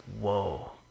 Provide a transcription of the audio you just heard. whoa